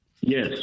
Yes